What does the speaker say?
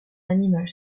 animal